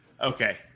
Okay